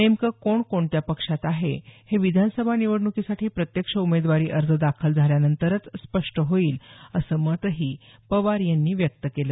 नेमकं कोण कोणत्या पक्षात आहे हे विधानसभा निवडणुकीसाठी प्रत्यक्ष उमेदवारी अर्ज दाखल झाल्यानंतरच स्पष्ट होईल असं मतही पवार यांनी व्यक्त केलं